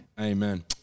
Amen